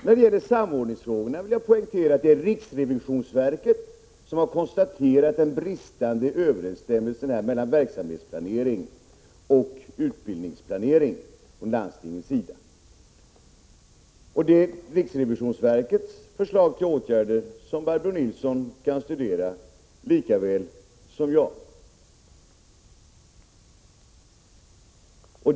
När det gäller samordningsfrågorna vill jag poängtera att det är riksrevisionsverket som har konstaterat den bristande överensstämmelsen mellan verksamhetsplanering och utbildningsplanering från landstingens sida. Riksrevisionsverkets förslag till åtgärder kan Barbro Nilsson studera lika väl som jag.